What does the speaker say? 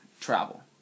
travel